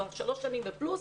כבר שלוש שנים פלוס,